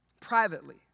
privately